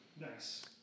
Nice